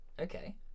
Okay